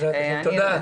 תודה.